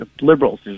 liberals